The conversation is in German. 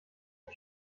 und